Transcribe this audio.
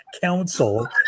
council